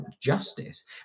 justice